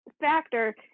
factor